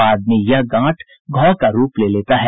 बाद में यह गांठ घाव का रूप ले लेता है